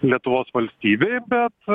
lietuvos valstybei bet